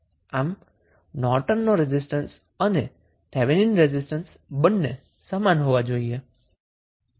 આમ Norton resistance અને Thevenin resistance બંને સમાન હોવા જોઈએ